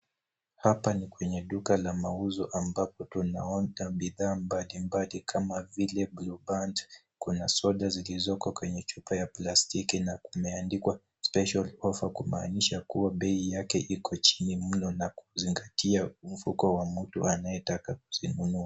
Hapa ni kwenye duka la mauzo ambapo tunaona bidhaa mbalimbali kama vile blueband , kuna soda zilizoko kwenye chupa ya plastiki na imeandikwa special offer kumaanisha kwamba bei yake iko chini mno na kuzingatia mfuko wa mtu anayetaka kuzinunua.